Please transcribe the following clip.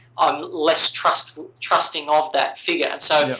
i'm less trusting trusting of that figure. and so,